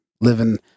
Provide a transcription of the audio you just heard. living